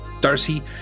Darcy